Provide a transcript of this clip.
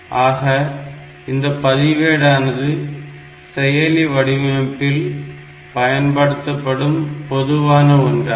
ஆக இந்த பதிவேடானது செயலி வடிவமைப்பில் பயன்படுத்தப்படும் பொதுவான ஒன்றாகும்